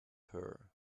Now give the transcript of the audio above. her